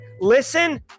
listen